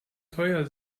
teuer